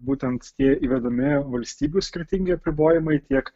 būtent tie įvedami valstybių skirtingi apribojimai tiek